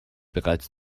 bereits